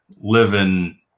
living